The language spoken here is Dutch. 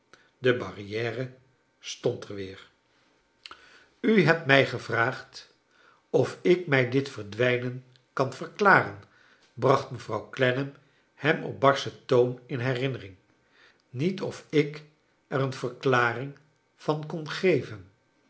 de barriere stond er weer u hebt mij gevraagd of ik mij dit verdwijnen kan verklaren j bracht mevrouw clennam hem op barschen toon in herinnering niet of ik er u een verklaring van kon geven